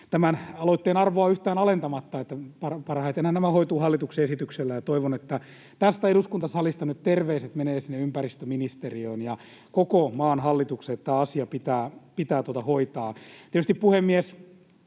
aloitteen arvoa yhtään alentamatta, että parhaitenhan nämä hoituvat hallituksen esityksellä. Ja toivon, että tästä eduskuntasalista nyt terveiset menevät sinne ympäristöministeriöön ja koko maan hallitukselle, että tämä asia pitää hoitaa. Tietysti, puhemies,